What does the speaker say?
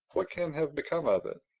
what can have become of it?